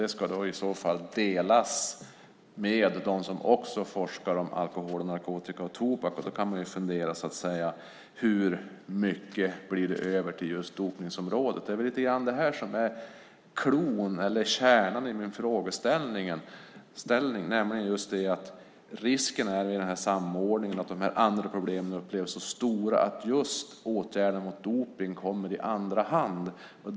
De pengarna ska i så fall fördelas också till dem som forskar inom området alkohol, narkotika och tobak. Då kan man undra hur mycket som blir över till dopningsområdet. Det är väl lite grann det som är cloun, kärnan, i min frågeställning. Risken med samordningen är att de andra problemen upplevs som så stora att just åtgärder mot dopning kommer i andra hand.